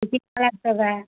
ಆಗ್ತದೆ